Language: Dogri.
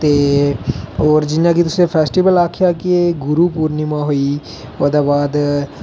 ते और जि'यां कि तुस फेस्टीबल आखेआ कि गुरु पूर्निमा होई ओहदे बाद